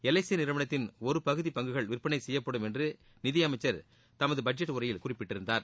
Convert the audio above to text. L I C நிறுவனத்தின் ஒரு பகுதி பங்குகள் விற்பனை செய்யப்படும் என்று நிதி அமைச்சர் தமது பட்ஜெட் உரையில் குறிப்பிட்டிருந்தார்